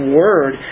word